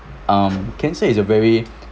um cancer is a very